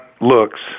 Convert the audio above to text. looks